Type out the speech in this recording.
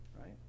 right